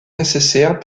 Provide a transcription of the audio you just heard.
nécessaires